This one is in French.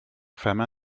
femme